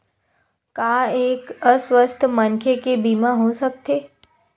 का एक अस्वस्थ मनखे के बीमा हो सकथे?